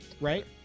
right